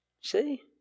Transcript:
See